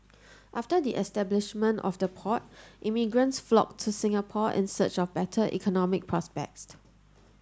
after the establishment of the port immigrants flocked to Singapore in search of better economic prospects